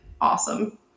awesome